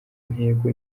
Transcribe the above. intego